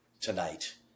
tonight